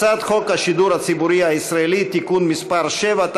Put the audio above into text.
הצעת חוק השידור הציבורי הישראלי (תיקון מס' 7),